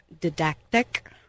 Didactic